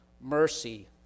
mercy